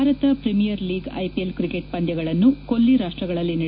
Bharat Premier League IPL cricket ಪಂದ್ಯಗಳನ್ನು ಕೊಲ್ಲಿ ರಾಷ್ಟಗಳಲ್ಲಿ ಳು